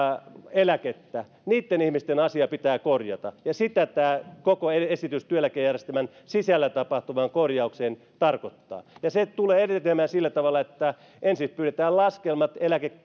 eläkettä niitten ihmisten asia pitää korjata sitä tämä koko esitys työeläkejärjestelmän sisällä tapahtuvasta korjauksesta tarkoittaa ja se tulee etenemään sillä tavalla että ensin pyydetään laskelmat